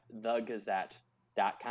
thegazette.com